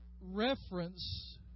reference